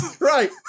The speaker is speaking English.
right